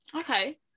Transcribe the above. okay